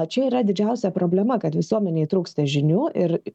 čia yra didžiausia problema kad visuomenei trūksta žinių ir